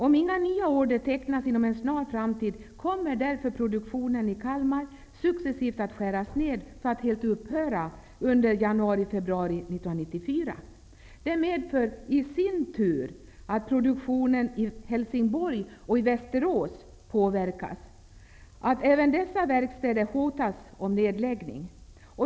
Om inga nya order tecknas inom en snar framtid kommer därför produktionen i Kalmar successivt att skäras ned för att helt upphöra under januari, februari 1994. Detta medför i sin tur att produktionen i Helsingborg och Västerås påverkas och att även dessa verkstäder hotas av nedläggning.